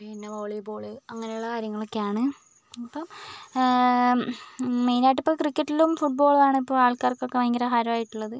പിന്നെ വോളിബോൾ അങ്ങനെയുള്ള കാര്യങ്ങളൊക്കെ ആണ് അപ്പോൾ മെയിൻ ആയിട്ട് ഇപ്പോൾ ക്രിക്കറ്റിലും ഫുട്ബോൾ ആണ് ഇപ്പോൾ ആൾക്കാർക്കൊക്കെ ഭയങ്കര ഹരമായിട്ടുള്ളത്